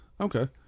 okay